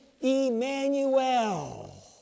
Emmanuel